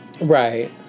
Right